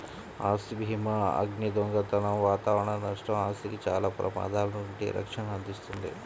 ఆస్తి భీమాఅగ్ని, దొంగతనం వాతావరణ నష్టం, ఆస్తికి చాలా ప్రమాదాల నుండి రక్షణను అందిస్తుంది